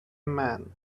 man